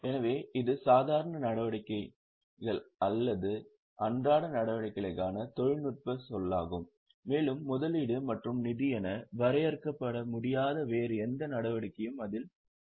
எனவே இது சாதாரண நடவடிக்கைகள் அல்லது அன்றாட நடவடிக்கைகளுக்கான தொழில்நுட்பச் சொல்லாகும் மேலும் முதலீடு மற்றும் நிதி என வரையறுக்க முடியாத வேறு எந்த நடவடிக்கையும் அதில் வரும்